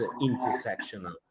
intersectional